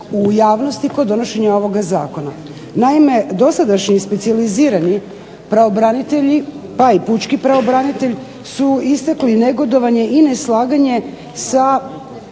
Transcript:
u javnosti kod donošenja ovoga zakona. Naime dosadašnji specijalizirani pravobranitelji, pa i pučki pravobranitelj su istakli negodovanje i neslaganje sa